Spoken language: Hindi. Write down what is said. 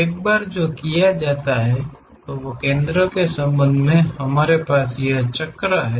एक बार जो किया जाता है केंद्र के संबंध में हमारे पास यह चक्र है